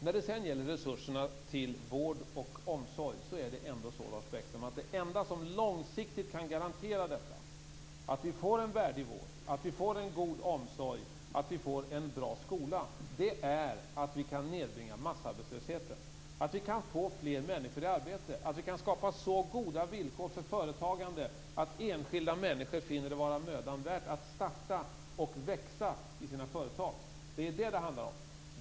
När det sedan gäller resurserna till vård och omsorg, Lars Bäckström, är det enda som långsiktigt kan garantera att vi får en värdig vård, en god omsorg och en bra skola att vi kan nedbringa massarbetslösheten, få fler människor i arbete och skapa så goda villkor för företagande att enskilda människor finner det vara mödan värt att starta företag och växa i dem. Det är vad det handlar om.